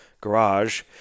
garage